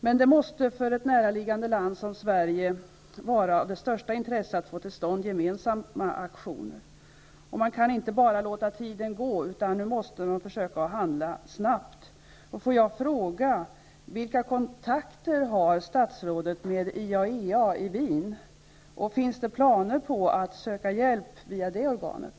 Men för ett näraliggande land som Sverige måste det vara av största intresse att få till stånd gemensamma aktioner. Man kan inte bara låta tiden gå. Nu måste vi försöka att handla snabbt. Vilka kontakter har statsrådet med IAEA i Wien? Finns det planer på att söka hjälp via det organet?